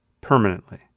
permanently